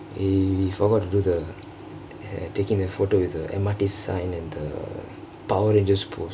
he he forgot to do the the takingk the photo with the M_R_T sign in the power rangkers pose